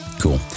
Cool